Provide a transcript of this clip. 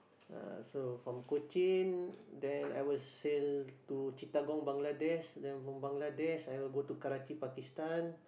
uh so from Cochin then I will sail to Chittagong Bangladesh then from Bangladesh I will go to Karachi Pakistan